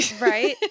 right